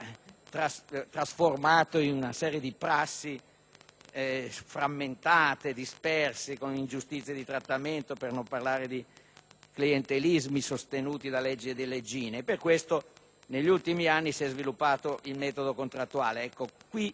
generato una serie di prassi frammentate, disperse ed ingiustizie di trattamento, per non parlare dei clientelismi sostenuti da leggi e leggine. Per questo motivo negli ultimi anni si è sviluppato il metodo contrattuale.